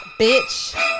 bitch